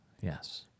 Yes